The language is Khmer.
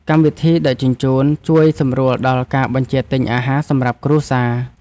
កម្មវិធីដឹកជញ្ជូន ជួយសម្រួលដល់ការបញ្ជាទិញអាហារសម្រាប់គ្រួសារ។